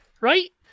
Right